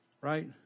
Right